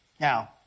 Now